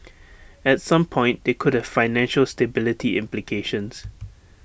at some point they could have financial stability implications